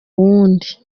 wundi